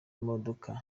modoka